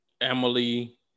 Emily